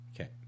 Okay